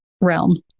realm